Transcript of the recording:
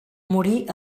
morí